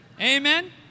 Amen